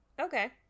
okay